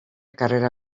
carrera